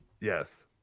Yes